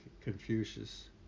Confucius